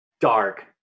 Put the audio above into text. dark